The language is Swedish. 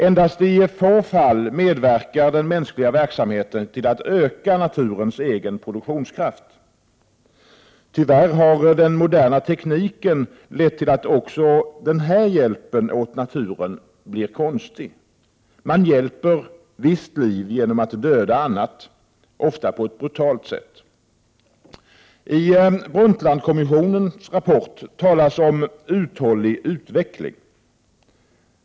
Endast i få fall medverkar den mänskliga verksamheten till att öka naturens egen produktionskraft. Tyvärr har den moderna tekniken lett till att den här hjälpen åt naturen blir konstig. Man hjälper visst liv genom att döda annat, ofta på ett brutalt sätt. I Brundtlandkommissionens rapport talas om uthållig utveckling.